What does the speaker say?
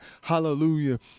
Hallelujah